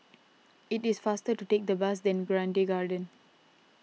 it is faster to take the bus than Grange Garden